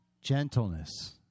Gentleness